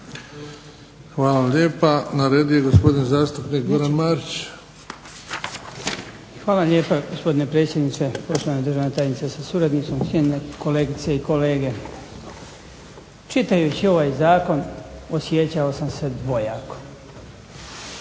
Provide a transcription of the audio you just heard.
Hvala. Na redu je gospodin zastupnik Goran Marić. Izvolite. **Marić, Goran (HDZ)** Hvala lijepa gospodine predsjedniče. Poštovana državna tajnice sa suradnicom, cijenjene kolegice i kolege. Čitajući ovaj zakon osjećao sam se dvojako.